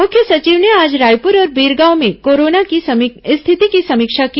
मुख्य सचिव ने आज रायपुर और बीरगांव में कोरोना की स्थिति की समीक्षा की